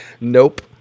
nope